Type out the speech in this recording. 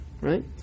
right